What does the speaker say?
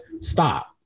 Stop